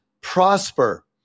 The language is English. prosper